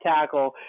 tackle